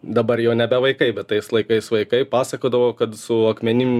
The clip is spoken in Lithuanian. dabar jau nebe vaikai bet tais laikais vaikai pasakodavo kad su akmenim